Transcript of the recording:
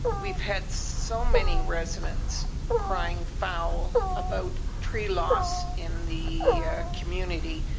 we've had so many residents crying foul about tree loss in the community.